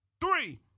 three